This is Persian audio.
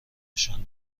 نشان